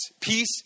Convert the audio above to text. Peace